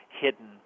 hidden